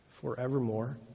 forevermore